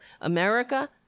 America